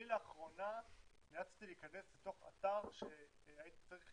אני לאחרונה נאלצתי להיכנס לתוך אתר שהייתי צריך